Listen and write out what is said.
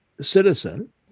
citizen